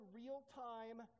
real-time